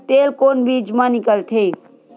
तेल कोन बीज मा निकलथे?